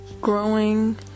growing